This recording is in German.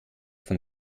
von